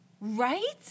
right